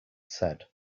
said